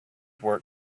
work